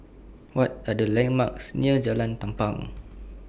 What Are The landmarks near Jalan Tampang